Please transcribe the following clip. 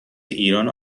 ایران